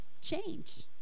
change